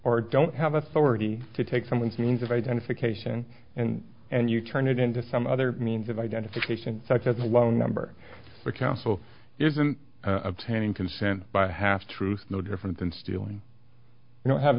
or don't have authority to take someone's means of identification and and you turn it into some other means of identification such as a low number of council isn't obtaining consent by half truths no different than stealing you don't have